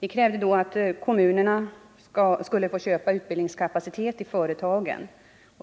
Vi krävde då att kommunerna skulle få köpa utbildningskapacitet i företagen.